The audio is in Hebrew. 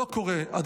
לא קורה היום,